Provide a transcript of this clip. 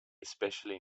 especially